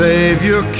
Savior